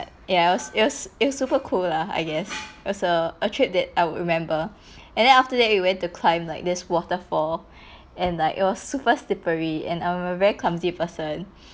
ya it was it was it was super cold lah I guess it was a a trip that I would remember and then after that we went to climb like this waterfall and like it was super slippery and I'm a very clumsy person